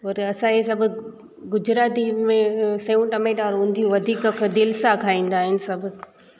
और असां हीअ सभु गुजराती में सेऊ टमेटा उंधियूं वधीक दिलि सां खाईंदा आहिनि सभु